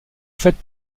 faîte